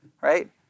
right